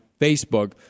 Facebook